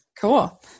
Cool